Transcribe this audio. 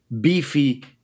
beefy